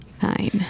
Fine